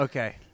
Okay